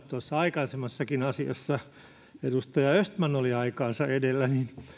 tuossa aikaisemmassakin asiassa edustaja östman oli aikaansa edellä